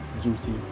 juicy